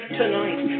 tonight